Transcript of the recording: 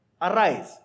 Arise